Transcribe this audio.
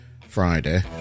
Friday